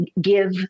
give